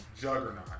Juggernaut